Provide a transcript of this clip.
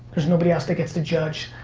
there's nobody else that gets to judge.